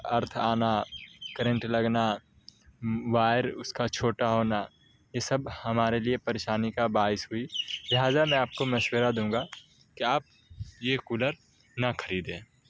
ارتھ آنا کرنٹ لگنا وائر اس کا چھوٹا ہونا یہ سب ہمارے لیے پریشانی کا باعث بھی لہذا میں آپ کو مشورہ دوں گا کہ آپ یہ کولر نہ خریدیں